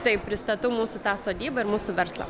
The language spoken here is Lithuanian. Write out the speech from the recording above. taip pristatau mūsų tą sodybą ir mūsų verslą